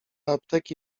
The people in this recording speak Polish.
apteki